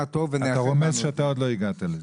אתה רומז שאתה עוד לא הגעת לזה.